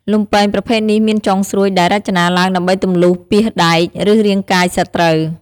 លំពែងប្រភេទនេះមានចុងស្រួចដែលរចនាឡើងដើម្បីទម្លុះពាសដែក ឬរាងកាយសត្រូវ។